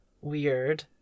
weird